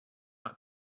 not